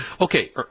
okay